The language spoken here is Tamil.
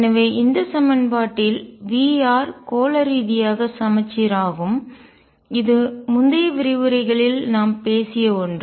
எனவே இந்த சமன்பாட்டில் V கோள ரீதியாக சமச்சீர் ஆகும் இது முந்தைய விரிவுரைகளில் நாம் பேசிய ஒன்று